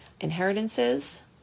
inheritances